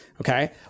Okay